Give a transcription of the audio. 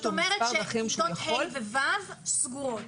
זאת אומרת שכיתות ה' ו-ו' סגורות.